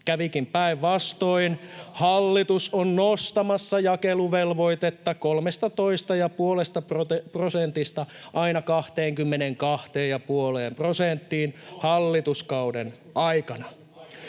ryhmästä] hallitus on nostamassa jakeluvelvoitetta 13,5 prosentista aina 22,5 prosenttiin hallituskauden aikana.